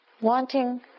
wanting